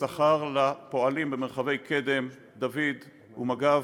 ושכר לפועלים במרחבי קדם ודוד ולמג"ב